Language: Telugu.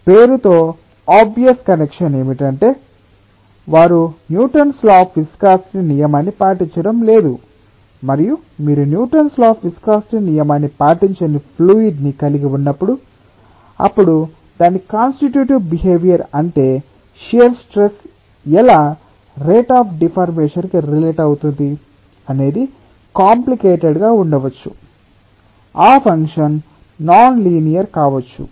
పేరుతో అబ్వియస్ కనేక్షణ్ ఏమిటoటే వారు న్యూటన్స్ లా అఫ్ విస్కాసిటి నియమాన్ని పాటించడం లేదు మరియు మీరు న్యూటన్స్ లా అఫ్ విస్కాసిటి నియమాన్ని పాటించని ఫ్లూయిడ్ ని కలిగి ఉన్నప్పుడు అప్పుడు దాని కాన్సిటిట్యూటివ్ బిహేవియర్ అంటే షియర్ స్ట్రెస్ ఎలా రేట్ అఫ్ డిఫార్మేషన్ కి రిలేట్ అవుతుంది అనేది కామ్ప్లికెటెడ్ గా ఉండవచ్చుఆ ఫంక్షన్ నాన్ లినియర్ కావచ్చు